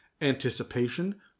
Anticipation